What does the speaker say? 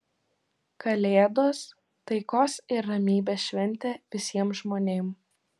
kalėdos taikos ir ramybės šventė visiem žmonėm